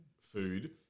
food